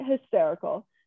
hysterical